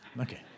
Okay